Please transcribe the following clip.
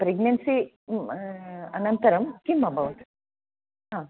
pregnancy अनन्तरं किम् अभवत् हा